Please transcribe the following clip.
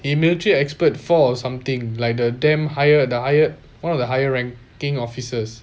in military expert four or something like the damn higher the higher one of the higher ranking officers